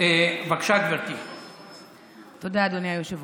שומע התייחסויות, תודה, אדוני היושב-ראש.